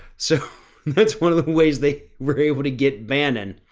so that's one of the ways they were able to get bannon.